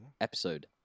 episode